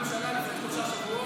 היה דיון בממשלה לפני שלושה שבועות.